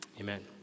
Amen